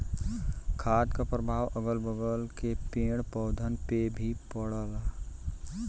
खाद क परभाव अगल बगल के पेड़ पौधन पे भी पड़ला